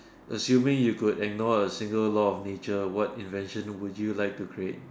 assuming you could ignore a single law of nature what invention would you like to create